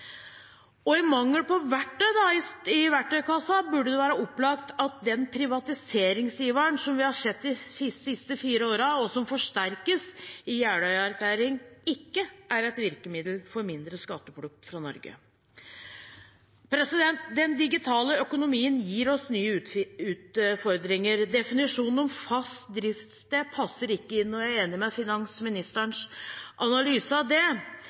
I mangel på verktøy i verktøykassen burde det være opplagt at den privatiseringsiveren som vi har sett de siste fire årene, og som forsterkes i Jeløya-erklæringen, ikke er et virkemiddel for mindre skatteflukt fra Norge. Den digitale økonomien gir oss nye utfordringer. Definisjonen om fast driftssted passer ikke inn, og jeg er enig i finansministerens analyse av det.